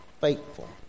faithful